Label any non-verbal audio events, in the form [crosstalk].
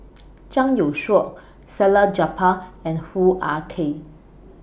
[noise] Zhang Youshuo Salleh Japar and Hoo Ah Kay